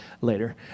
later